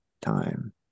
time